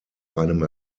einem